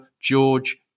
George